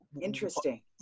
interesting